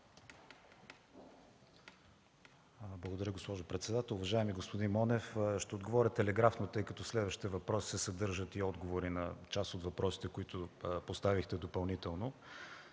Благодаря, госпожо председател. Уважаеми господин Монев, ще отговоря телеграфно, тъй като в следващите въпроси съдържат и отговори на част от въпросите, които поставихте допълнително.